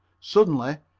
suddenly,